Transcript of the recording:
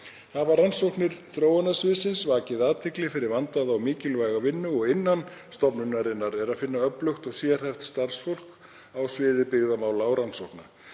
Hafa rannsóknir þróunarsviðsins vakið athygli fyrir vandaða og mikilvæga vinnu og innan stofnunarinnar er að finna öflugt og sérhæft starfsfólk á sviði byggðamála og rannsókna.